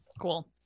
Cool